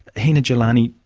hina jilani,